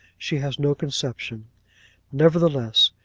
she has no conception nevertheless,